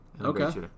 Okay